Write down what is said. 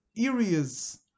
areas